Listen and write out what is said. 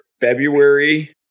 February